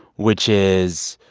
which is